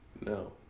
No